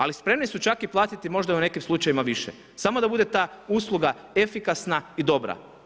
Ali spremni su čak i platiti možda u nekim slučajevima više samo da bude ta usluga efikasna i dobra.